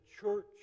church